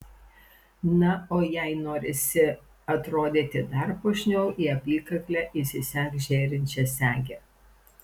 na o jei norisi atrodyti dar puošniau į apykaklę įsisek žėrinčią segę